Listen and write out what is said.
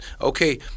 Okay